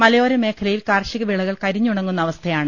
മലയോര മേഖലയിൽ കാർഷിക വിളകൾ കരിഞ്ഞുണങ്ങുന്ന അവസ്ഥയാണ്